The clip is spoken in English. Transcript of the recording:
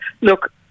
look